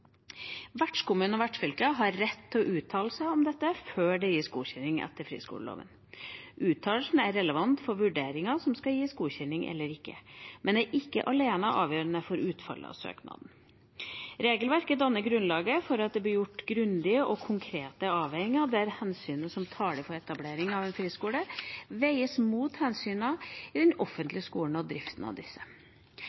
har rett til å uttale seg om dette før det gis godkjenning etter friskoleloven. Uttalelsen er relevant for vurderingen av om det skal gis godkjenning eller ikke, men er ikke alene avgjørende for utfallet av søknaden. Regelverket danner grunnlaget for at det blir gjort grundige og konkrete avveininger, der hensynet som taler for etablering av en friskole, veies mot hensynene til den